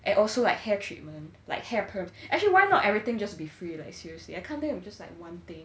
and also like hair treatment like hair perm actually why not everything just be free like seriously I can't think of just like one thing